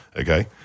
okay